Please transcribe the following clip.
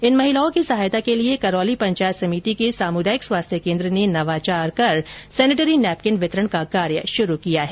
इन महिलाओं की सहायता के लिए करौली पंचायत समिति के सामुदायिक स्वास्थ्य कोन्द्र ने नवाचार कर सैनिटरी नेपकिन बितरण का कार्य शुरू किया है